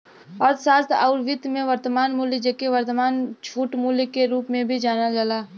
अर्थशास्त्र आउर वित्त में, वर्तमान मूल्य, जेके वर्तमान छूट मूल्य के रूप में भी जानल जाला